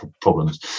problems